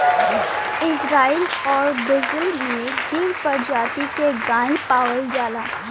Israel आउर Brazil में गिर परजाती के गाय पावल जाला